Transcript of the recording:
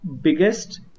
biggest